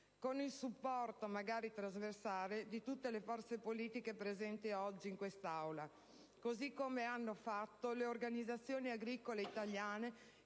con il supporto magari trasversale di tutte le forze politiche presenti oggi in quest'Aula, così come hanno fatto le organizzazioni agricole italiane